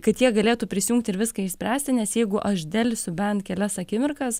kad jie galėtų prisijungti ir viską išspręsti nes jeigu aš delsiu bent kelias akimirkas